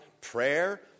prayer